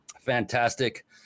fantastic